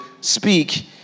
speak